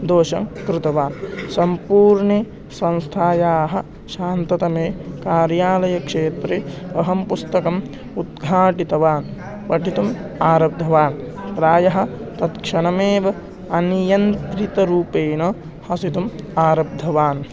दोषं कृतवान् सम्पूर्णे संस्थायाः शान्ततमे कार्यालयक्षेत्रे अहं पुस्तकम् उद्घाटितवान् पठितुम् आरब्धवान् प्रायः तत्क्षणमेव अनियन्त्रितरूपेण हसितुम् आरब्धवान्